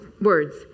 words